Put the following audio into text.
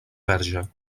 verge